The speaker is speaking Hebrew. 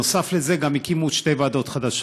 נוסף על זה גם הקימו שתי ועדות חדשות.